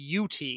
UT